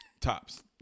tops